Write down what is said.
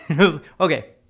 Okay